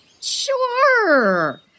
Sure